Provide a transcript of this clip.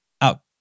out